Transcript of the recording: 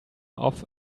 off